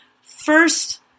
first